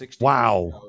Wow